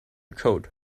code